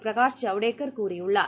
பிரகாஷ் ஜவடேகர் கூறியுள்ளார்